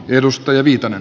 arvoisa puhemies